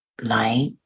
light